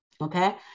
okay